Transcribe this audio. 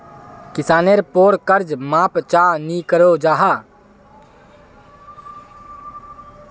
किसानेर पोर कर्ज माप चाँ नी करो जाहा?